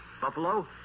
Buffalo